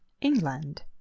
England